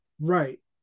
Right